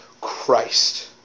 Christ